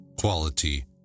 quality